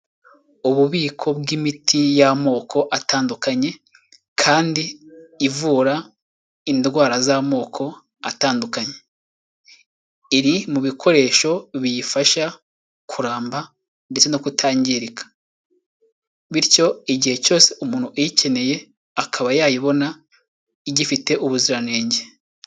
Ububiko bw'imiti y'amoko atandukanye kandi ivura indwara z'amoko atandukanye iri mu bikoresho biyifasha kuramba ndetse no kutangirika bityo igihe cyose umuntu uyikeneye akaba yayibona igifite ubuziranenge